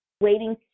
waiting